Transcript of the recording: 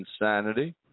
insanity